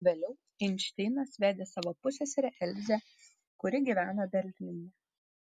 vėliau einšteinas vedė savo pusseserę elzę kuri gyveno berlyne